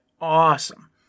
awesome